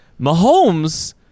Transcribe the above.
Mahomes